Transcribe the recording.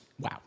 Wow